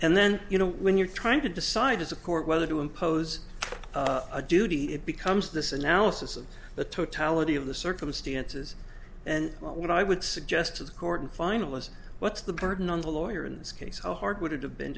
and then you know when you're trying to decide as a court whether to impose a duty it becomes this analysis of the totality of the circumstances and what i would suggest to the court finalist what's the burden on the lawyer in this case how hard would it have been